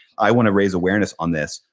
i want to raise awareness on this,